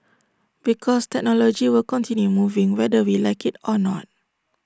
because technology will continue moving whether we like IT or not